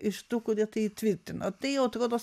iš tų kurie tai įtvirtino tai jau atrodo